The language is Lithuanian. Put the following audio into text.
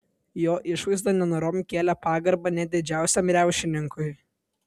jo išvaizda nenorom kėlė pagarbą net didžiausiam riaušininkui